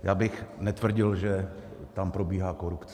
Já bych netvrdil, že tam probíhá korupce.